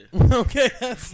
Okay